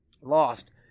Lost